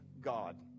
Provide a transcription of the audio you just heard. God